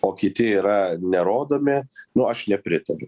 o kiti yra nerodomi nu aš nepritariu